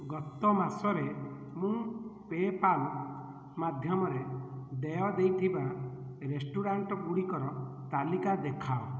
ଗତ ମାସ ରେ ମୁଁ ପେପାଲ୍ ମାଧ୍ୟ୍ୟମରେ ଦେୟ ଦେଇଥିବା ରେଷ୍ଟୁରାଣ୍ଟ୍ ଗୁଡ଼ିକର ତାଲିକା ଦେଖାଅ